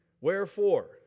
Wherefore